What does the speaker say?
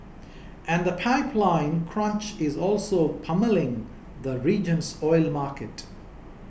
and the pipeline crunch is also pummelling the region's oil market